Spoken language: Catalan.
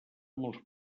molts